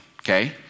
okay